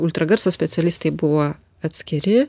ultragarso specialistai buvo atskiri